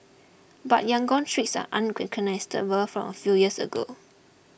but Yangon's streets are unrecognisable from a few years ago